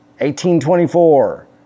1824